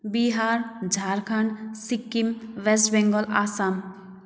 Bihar Jharkhand Sikkim west Bengal Assam